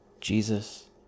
Jesus